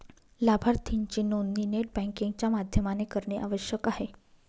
लाभार्थीची नोंदणी net banking च्या माध्यमाने करणे आवश्यक आहे